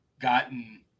gotten